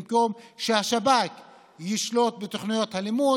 במקום שהשב"כ ישלוט בתוכניות הלימוד